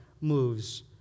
moves